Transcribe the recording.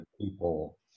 people